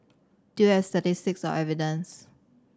do you have statistics or evidence